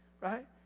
Right